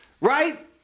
Right